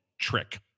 Trick